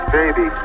baby